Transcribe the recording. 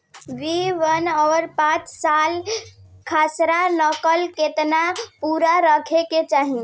B one और पांचसाला खसरा नकल केतना पुरान रहे के चाहीं?